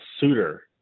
suitor